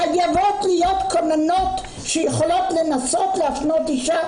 חייבת להיות כוננות שיכולות לנסות להפנות אישה,